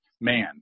man